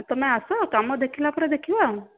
ତୁମେ ଆସ କାମ ଦେଖିଲା ପରେ ଦେଖିବା ଆଉ